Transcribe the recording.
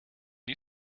die